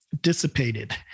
dissipated